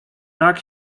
tak